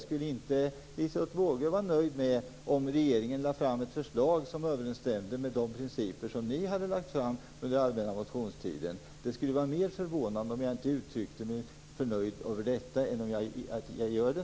Skulle inte Liselotte Wågö vara nöjd om regeringen lade fram ett förslag som överensstämde med de principer som ni hade lagt fram under den allmänna motionstiden? Det skulle vara mera förvånande om jag inte uttryckte mig förnöjt över detta än att jag nu gör det.